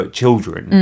children